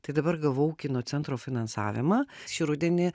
tai dabar gavau kino centro finansavimą šį rudenį